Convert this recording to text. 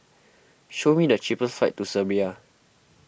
show me the cheapest flights to Serbia